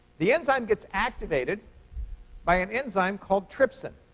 the enzyme gets activated by an enzyme called trypsin.